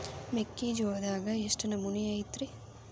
ಮೆಕ್ಕಿಜೋಳದಾಗ ಎಷ್ಟು ನಮೂನಿ ಐತ್ರೇ?